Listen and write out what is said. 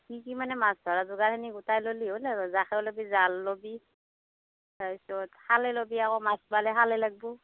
কি কি মানে মাছ ধৰা যোগাৰখিনি গোটাই ল'লে হ'ল আৰু জাখে ল'বি জাল ল'বি তাৰপিছত খালৈ ল'বি আকৌ মাছ পালে খালে লাগিব